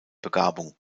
begabung